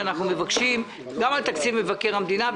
שאנחנו מבקשים גם על תקציב מבקר המדינה,